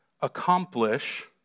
accomplish